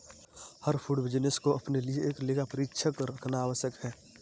हर food business को अपने लिए एक लेखा परीक्षक रखना आवश्यक है